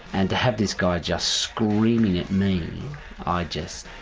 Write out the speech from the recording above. and to have this guy just screaming at me i just